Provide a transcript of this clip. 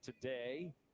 today